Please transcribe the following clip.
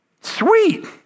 Sweet